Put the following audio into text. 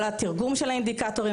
כל התרגום של האינדיקטורים,